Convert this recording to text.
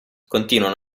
continuano